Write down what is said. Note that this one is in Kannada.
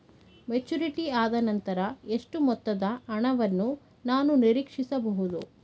ಮೆಚುರಿಟಿ ಆದನಂತರ ಎಷ್ಟು ಮೊತ್ತದ ಹಣವನ್ನು ನಾನು ನೀರೀಕ್ಷಿಸ ಬಹುದು?